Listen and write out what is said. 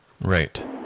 Right